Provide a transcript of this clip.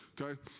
Okay